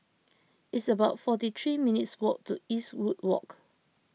it's about forty three minutes' walk to Eastwood Walk